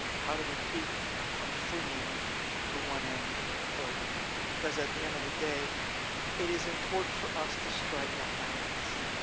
how do we keep from fleeing to one end or the other? because at the end of the day it is important for us to strike that balance,